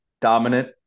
dominant